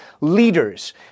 leaders